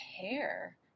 care